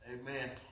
Amen